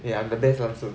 and I'm the best lancer